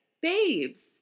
babes